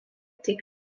tik